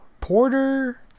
porter